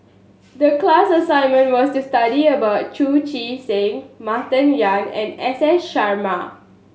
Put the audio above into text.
the class assignment was to study about Chu Chee Seng Martin Yan and S S Sarma